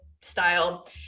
style